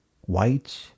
White